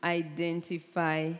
identify